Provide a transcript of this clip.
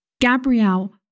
Gabrielle